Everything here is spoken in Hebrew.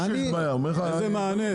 איזה מענה?